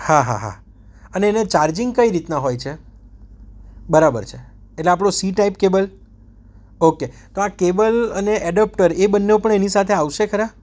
હા હા હા અને એને ચાર્જિંગ કઈ રીતના હોય છે બરાબર છે એટલે આપણો સી ટાઈપ કેબલ ઓકે તો આ કેબલ અને એડેપ્ટર એ બંને પણ એની સાથે આવશે ખરા